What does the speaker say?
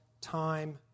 time